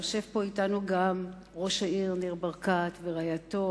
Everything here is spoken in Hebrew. יושבים פה אתנו גם ראש העיר ניר ברקת ורעייתו,